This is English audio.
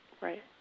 Right